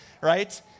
right